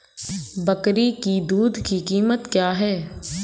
बकरी की दूध की कीमत क्या है?